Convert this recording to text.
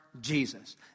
Jesus